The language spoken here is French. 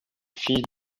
fille